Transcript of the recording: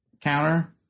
Counter